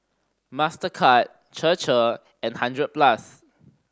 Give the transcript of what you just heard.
Mastercard Chir Chir and Hundred Plus